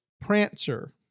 Prancer